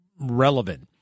relevant